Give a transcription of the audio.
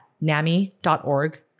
NAMI.org